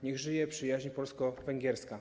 Niech żyje przyjaźń polsko-węgierska.